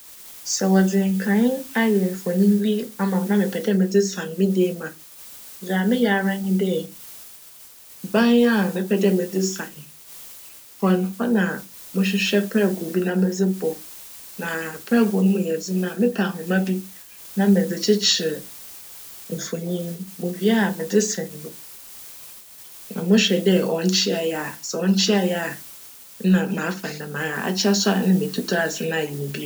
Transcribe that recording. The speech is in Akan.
Sj wcdze nkanee bi ayj mfonyin bi ama me na mepj dj medze san me dan mu a, dza meyj ara nye dj, ban a mepj dj medze san hc no, hc na mohwehwj prjgow bi na medze bc na prjgow no mu yj dzen a, mepj ahoma bi na medze kyekyer mfonyin no. Muwie a, medze san na mohwj dj cnnkyea a. Sj cnkyea a, nna m'afa no djmara na akyea so a nna meetutu asan ayj no bio.